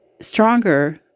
stronger